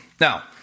Now